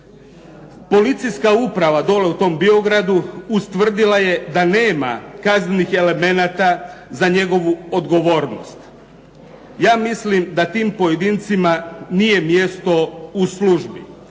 Policijska uprava dole u tom Biogradu ustvrdila je da nema kaznenih elemenata za njegovu odgovornost. Ja mislim da tim pojedincima nije mjesto u službi.